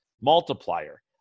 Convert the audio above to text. multiplier